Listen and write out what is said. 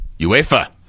UEFA